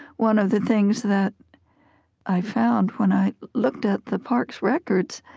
one of the things that i found when i looked at the park's records